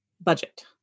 budget